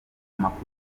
amakuru